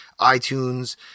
iTunes